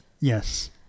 Yes